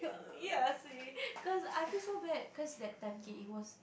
ya cause I feel so bad cause that time key in was